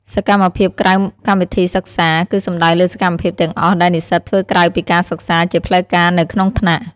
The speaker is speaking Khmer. សកម្មភាពក្រៅកម្មវិធីសិក្សា គឺសំដៅលើសកម្មភាពទាំងអស់ដែលនិស្សិតធ្វើក្រៅពីការសិក្សាជាផ្លូវការនៅក្នុងថ្នាក់។